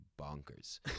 bonkers